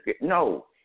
no